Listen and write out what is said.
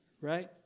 right